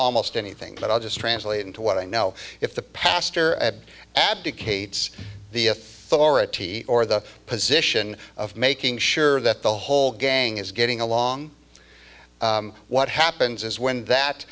almost anything but i'll just translate into what i know if the pastor ed advocates the authority or the position of making sure that the whole gang is getting along what happens is when that